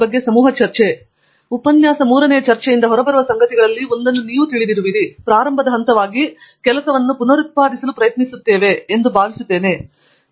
ಪ್ರತಾಪ್ ಹರಿಡೋಸ್ ಆದ್ದರಿಂದ ಚರ್ಚೆಯಿಂದ ಹೊರಬರುವ ಸಂಗತಿಗಳಲ್ಲಿ ಒಂದನ್ನು ನೀವು ತಿಳಿದಿರುವಿರಿ ಇದು ಪ್ರಾರಂಭದ ಹಂತವಾಗಿ ಕೆಲಸವನ್ನು ಪುನರುತ್ಪಾದಿಸಲು ಪ್ರಯತ್ನಿಸುತ್ತಿದೆ ಎಂದು ನಾನು ಭಾವಿಸುತ್ತೇನೆ ಅರುಣ್ ಹೇಳಿದಂತೆ ಮತ್ತು ಆಂಡ್ರ್ಯೂ ಹೇಳಿದಂತೆ